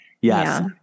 Yes